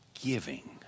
giving